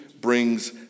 brings